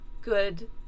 good